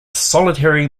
solitary